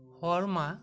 Sharma